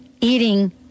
eating